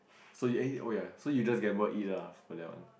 so yeah oh ya so you just gamble eat lah for that one